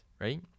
right